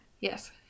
Yes